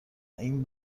این